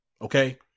Okay